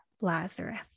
Lazarus